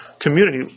community